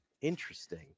Interesting